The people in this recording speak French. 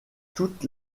toutes